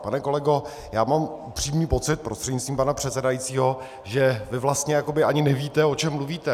Pane kolego, já mám upřímný pocit prostřednictvím pana předsedajícího, že vy vlastně jakoby ani nevíte, o čem mluvíte.